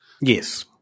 yes